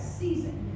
season